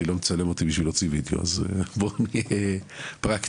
לא מצלם אותי בשביל להוציא וידאו אז בואו נהיה פרקטיים.